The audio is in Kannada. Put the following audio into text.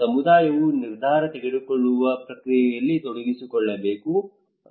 ಸಮುದಾಯವು ನಿರ್ಧಾರ ತೆಗೆದುಕೊಳ್ಳುವ ಪ್ರಕ್ರಿಯೆಯಲ್ಲಿ ತೊಡಗಿಸಿಕೊಳ್ಳಬೇಕು